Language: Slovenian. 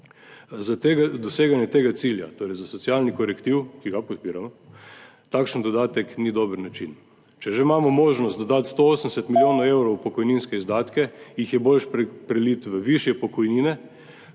Za doseganje tega cilja, torej za socialni korektiv, ki ga podpiramo, takšen dodatek ni dober način. Če že imamo možnost dodati 180 milijonov evrov v pokojninske izdatke, jih je boljše preliti v višje pokojnine,